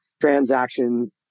transaction